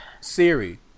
Siri